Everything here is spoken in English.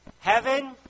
Heaven